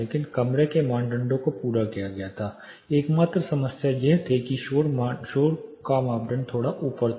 लेकिन कमरे के मानदंडों को पूरा किया गया था एकमात्र समस्या यह थी कि शोर का मापदंड थोड़ा ऊपर था